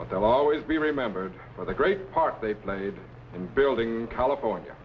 but they'll always be remembered for the great part they played in building california